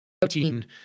protein